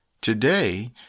Today